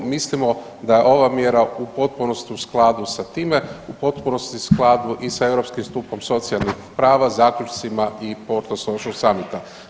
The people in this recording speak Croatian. Mislimo da je ova mjera u potpunosti u skladu sa time, u potpunosti u skladu i sa Europskim stupom socijalnih prava, zaključcima i …/govori stranim jezikom/…samita.